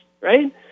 right